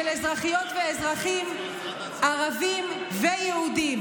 של אזרחיות ואזרחים ערבים ויהודים.